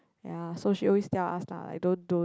ya so she always tell us lah like don't don't